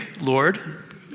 Lord